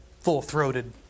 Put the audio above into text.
full-throated